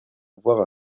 voir